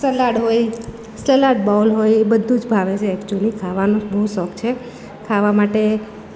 salad હોય salad bowl હોય બધું જ ભાવે છે એક્ચુલી ખાવાનો જ બહુ શોખ છે ખાવા માટે